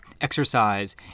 exercise